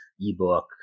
ebook